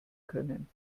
können